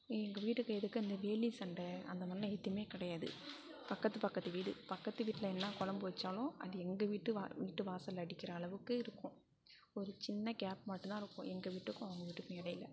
எங்கள் வீட்டுக்கு எதுக்க இந்த வேலி சண்டைஅந்த மாதிரிலாம் எதுவுமே கிடையாது பக்கத்து பக்கத்து வீடு பக்கத்து வீட்டில என்ன குழம்பு வச்சாலும் அது எங்கள் வீட்டு வா வீட்டு வாசலில் அடிக்கிற அளவுக்கு இருக்கும் ஒரு சின்ன கேப் மட்டும்தான் இருக்கும் எங்கள் வீட்டுக்கும் அவங்க வீட்டுக்கும் இடையில